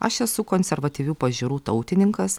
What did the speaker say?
aš esu konservatyvių pažiūrų tautininkas